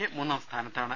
K മൂന്നാം സ്ഥാനത്താണ്